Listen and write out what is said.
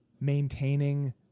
maintaining